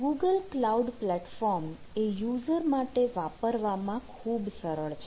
Google Cloud Platform એ user માટે વાપરવામાં ખૂબ સરળ છે